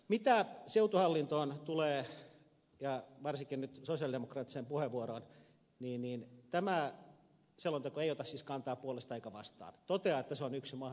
mitä seutuhallintoon tulee ja varsinkin nyt sosialidemokraattiseen puheenvuoroon niin tämä selonteko ei ota siis kantaa puolesta eikä vastaan vaan toteaa että se on yksi mahdollinen vaihtoehto